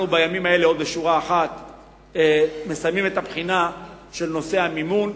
בימים האלה אנחנו מסיימים את הבחינה של נושא המימון,